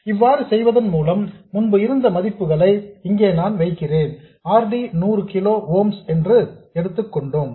இவ்வாறு செய்வதன் மூலம் முன்பு இருந்த மதிப்புகளை இங்கே நான் வைக்கிறேன் R D 100 கிலோ ஓம்ஸ் என்று எடுத்துக்கொண்டோம்